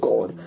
God